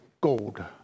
gold